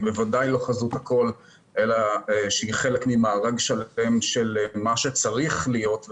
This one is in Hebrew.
בוודאי לא חזות הכול אלא חלק ממארג שלם שצריך להיות,